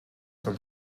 come